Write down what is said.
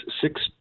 six